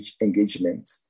engagement